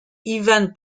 ivan